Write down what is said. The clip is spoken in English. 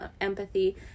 empathy